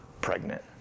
pregnant